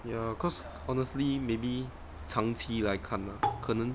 ya cause honestly maybe 长期来看啊可能